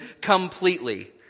completely